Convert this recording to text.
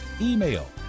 email